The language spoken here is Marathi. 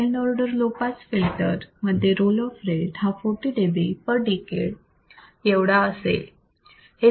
second order low pass filter मध्ये रोल ऑफ रेट हा 40 dB per decade एवढा असेल